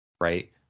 right